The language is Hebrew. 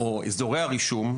או אזורי הרישום,